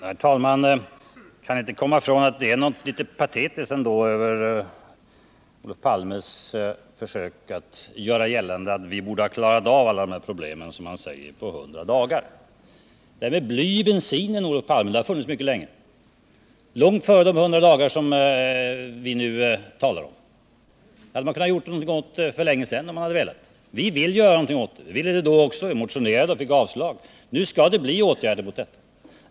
Herr talman! Jag kan inte komma ifrån att det är någonting nästan patetiskt över Olof Palmes bekymmer över allt som fortfarande är ogjort trots att vi regerat i hela hundra dagar. Men det där blyet i bensinen, Olof Palme, har funnits där mycket länge — långt före de hundra dagarna som vi nu talar om. Det hade man ju kunnat göra någonting åt för länge sedan, om man bara hade velat. Vi vill göra någonting åt det. Vi motionerade om det när vi var i opposition men fick avslag. Nu skall emellertid åtgärder vidtas.